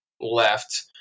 left